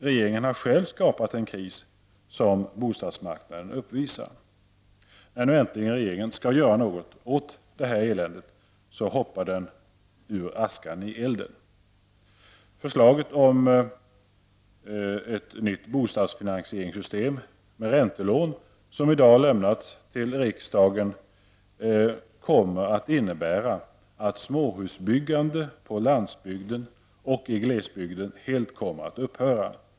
Regeringen har själv skapat den kris som bostadsmarknaden uppvisar. När nu äntligen regeringen skall göra något åt detta elände hoppar den ur askan i elden. Förslaget om ett nytt bostadsfinansieringssystem med räntelån som i dag lämnats till riksdagen, kommer att innebära att småhusbyggande på landsbygden och i glesbygden helt kommer att upphöra.